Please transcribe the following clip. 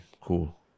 Cool